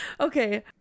okay